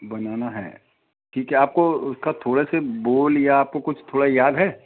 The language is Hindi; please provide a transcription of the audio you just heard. बनाना है ठीक है आपको उसका थोड़े से बोल या आपको कुछ थोड़ा याद है